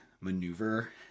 maneuver